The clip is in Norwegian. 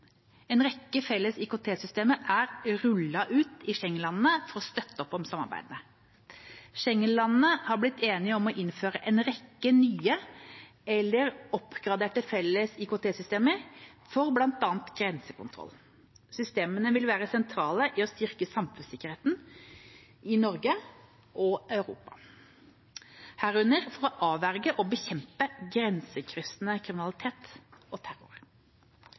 En rekke felles IKT-systemer er rullet ut i Schengen-landene for å støtte samarbeidet. Schengen-landene har blitt enige om å innføre en rekke nye eller oppgraderte felles IKT-systemer for bl.a. grensekontroll. Systemene vil være sentrale i å styrke samfunnssikkerheten i Norge og Europa, herunder for å avverge og bekjempe grensekryssende kriminalitet og terror.